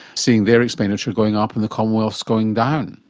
seeing their expenditure going up and the commonwealth's going down.